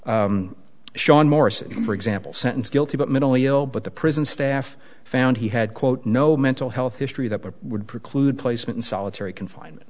morrison for example sentence guilty but mentally ill but the prison staff found he had quote no mental health history that would preclude placement in solitary confinement